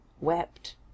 wept